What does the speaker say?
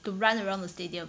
to run around the stadium